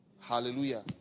Hallelujah